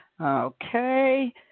Okay